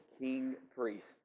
king-priest